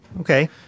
Okay